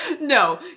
No